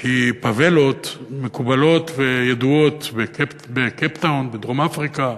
כי פאבלות מקובלות וידועות בקייפטאון בדרום-אפריקה,